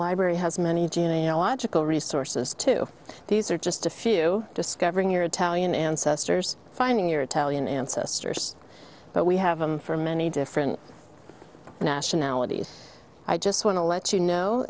library has many geological resources to these are just a few discovering your italian ancestors finding your italian ancestors but we have them for many different nationalities i just want to let you know